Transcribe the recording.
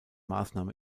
maßnahme